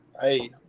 hey